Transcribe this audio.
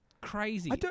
Crazy